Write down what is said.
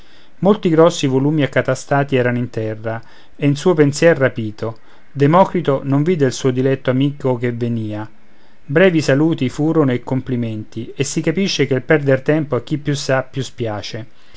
molti grossi volumi accatastati erano in terra e in suo pensier rapito democrito non vide il suo diletto amico che venìa brevi i saluti furono e i complimenti e si capisce ché il perder tempo a chi più sa più spiace